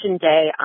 Day